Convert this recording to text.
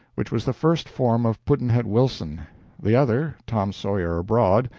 which was the first form of pudd'nhead wilson the other, tom sawyer abroad,